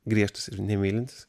griežtas ir nemylintis